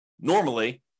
normally